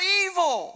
evil